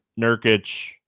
Nurkic